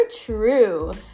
true